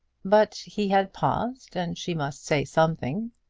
but he had paused, and she must say something.